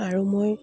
আৰু মই